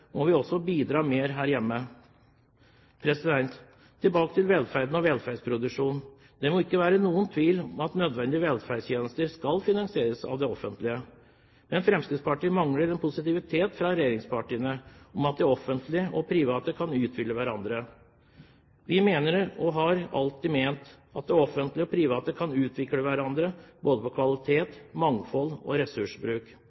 må vi også bidra mer her hjemme. Tilbake til velferden og velferdsproduksjonen. Det må ikke være noen tvil om at nødvendige velferdstjenester skal finansieres av det offentlige. Men Fremskrittspartiet synes det mangler en positivitet fra regjeringspartiene til at det offentlige og private kan utfylle hverandre. Vi mener, og har alltid ment, at det offentlige og private kan utvikle hverandre når det gjelder både